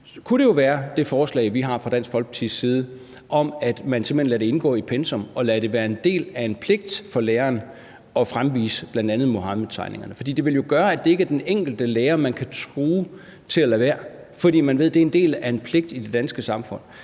kunne det jo være med det forslag, vi har fra Dansk Folkepartis side, om, at man simpelt hen lader det indgå i pensum og lader det være en del af en pligt for læreren at fremvise bl.a. Muhammedtegningerne. For det vil jo gøre, at det er ikke den enkelte lærer, som man kan true til at lade være, fordi man ved, at det er en del af en pligt i det danske samfund.